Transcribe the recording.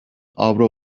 avro